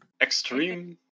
Extreme